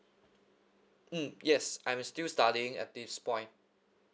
mm yes I'm still studying at this point